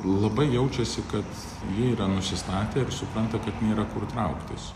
labai jaučiasi kad jie yra nusistatę ir supranta kad nėra kur trauktis